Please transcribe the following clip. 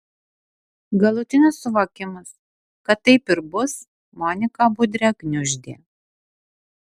galutinis suvokimas kad taip ir bus moniką budrę gniuždė